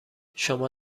شما